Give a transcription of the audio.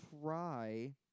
try